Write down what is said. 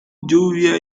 lluvia